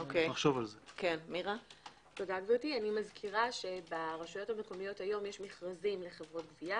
אני מזכירה שברשויות המקומיות היום יש מכרזים לחברות גבייה,